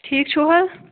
ٹھیٖک چھُو حظ